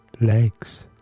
Legs